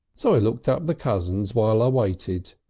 so i looked up the cousins while i waited.